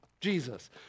Jesus